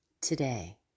today